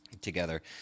together